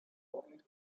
six